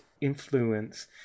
influence